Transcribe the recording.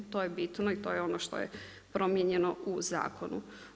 To je bitno i to je ono što je promijenjeno u zakonu.